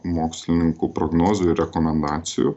mokslininkų prognozių ir rekomendacijų